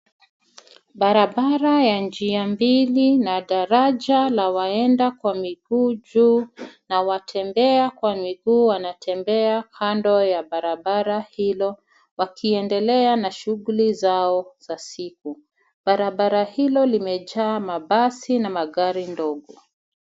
Barabara ya njia mbili na daraja la waenda kwa miguu juu na watembea kwa miguu wanatembea kando ya barabara hilo wakiendelea na shughuli zao za siku. Barabara hilo limejaa mabasi na magari ndogo.